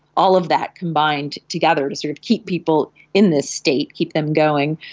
all of that combined together to sort of keep people in this state, keep them going.